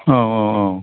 औ औ औ